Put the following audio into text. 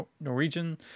Norwegian